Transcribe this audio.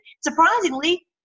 surprisingly